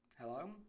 Hello